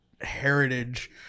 heritage